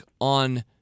on